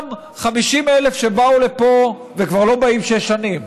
אותם 50,000 שבאו לפה, וכבר לא באים שש שנים,